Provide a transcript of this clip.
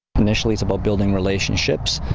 initially is about building relationships.